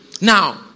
Now